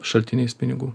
šaltiniais pinigų